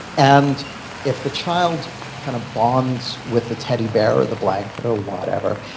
and if the child kind of bonds with the teddy bear, or the blanket, or whatever,